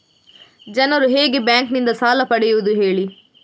ಜನರು ಹೇಗೆ ಬ್ಯಾಂಕ್ ನಿಂದ ಸಾಲ ಪಡೆಯೋದು ಹೇಳಿ